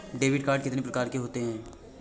Debit card कितनी प्रकार के होते हैं?